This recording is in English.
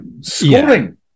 scoring